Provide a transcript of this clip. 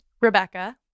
Rebecca